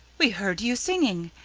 we heard you singing,